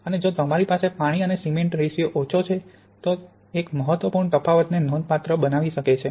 અને જો તમારી પાસે પાણી અને સિમેન્ટ રેશિયો ઓછો છે તો એક મહત્વપૂર્ણ તફાવત ને નોંધપાત્ર બનાવી શકે છે